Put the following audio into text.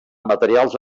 materials